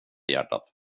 hjärtat